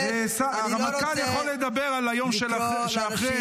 הרמטכ"ל יכול לדבר על היום שאחרי.